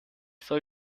soll